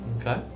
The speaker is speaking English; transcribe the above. Okay